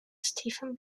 stephen